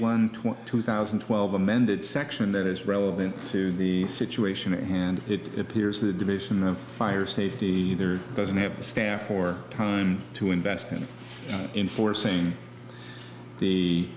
twenty two thousand and twelve amended section that is relevant to the situation at hand it appears the division of fire safety there doesn't have the staff or time to invest in forcing the